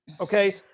Okay